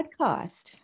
podcast